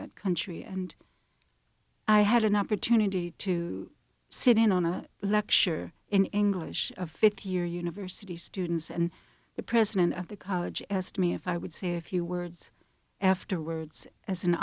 that country and i had an opportunity to sit in on a lecture in english of fifth year university students and the president of the college s to me if i would say a few words afterwards as an